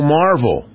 marvel